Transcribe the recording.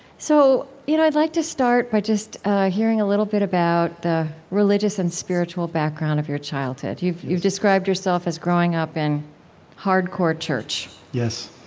so, you know, i'd like to start by just hearing a little bit about the religious and spiritual background of your childhood. you've you've described yourself as growing up in hardcore church yes.